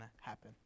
happen